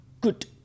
Good